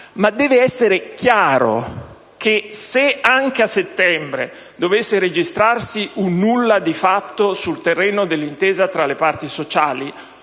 Ma deve essere chiaro che, se anche a settembre dovesse registrarsi un nulla di fatto sul terreno dell'intesa tra le parti sociali,